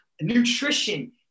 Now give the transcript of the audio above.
nutrition